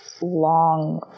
long